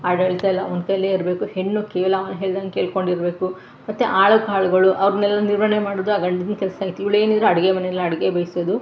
ಆಡಳಿತ ಎಲ್ಲ ಅವ್ನ ಕೈಯ್ಯಲ್ಲೇ ಇರಬೇಕು ಹೆಣ್ಣು ಕೇವಲ ಅವ್ನು ಹೇಳ್ದಂಗೆ ಕೇಳ್ಕೊಂಡಿರಬೇಕು ಮತ್ತು ಆಳು ಕಾಳುಗಳು ಅವ್ರನ್ನೆಲ್ಲ ನಿರ್ವಹಣೆ ಮಾಡುವುದು ಆ ಗಂಡಿನ ಕೆಲಸ ಇತ್ತು ಇವಳೇನಿದ್ರು ಅಡುಗೆ ಮನೇಲಿ ಅಡುಗೆ ಬೇಯ್ಸೋದು